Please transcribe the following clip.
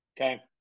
Okay